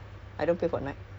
ya but